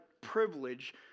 privilege